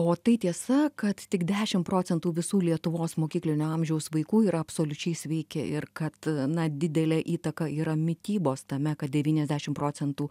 o tai tiesa kad tik dešim procentų visų lietuvos mokyklinio amžiaus vaikų yra absoliučiai sveiki ir kad na didelė įtaka yra mitybos tame kad devyniasdešimt procentų